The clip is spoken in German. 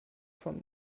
vom